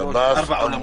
שלוש, ארבע אולמות.